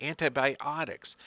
antibiotics